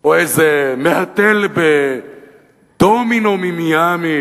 או איזה מהתל בדומינו ממיאמי